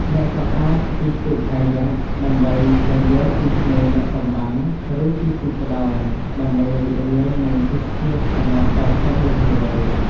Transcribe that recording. អ្នកក៏អាច ជិះទូកកាយ៉ាក់ ដើម្បីស្វែងយល់ពីឆ្នេរលាក់កំបាំង ឬ ជិះទូកក្តោង ដើម្បីរីករាយនឹងទេសភាពសមុទ្រដ៏ធំល្វឹងល្វើយ។